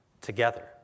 together